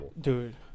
dude